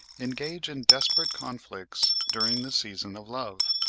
engage in desperate conflicts during the season of love.